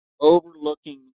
overlooking